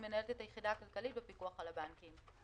מנהלת היחידה הכלכלית בפיקוח על הבנקים.